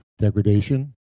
degradation